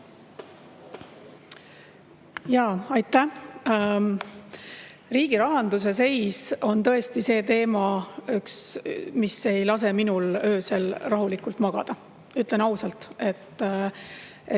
Aitäh! Riigi rahanduse seis on tõesti see teema, mis ei lase minul öösel rahulikult magada, ütlen ausalt,